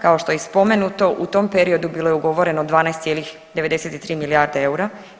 Kao što je i spomenuto u tom periodu bilo je ugovoreno 12,93 milijarde eura.